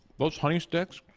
those honey sticks.